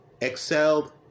excelled